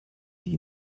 die